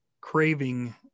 craving